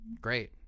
Great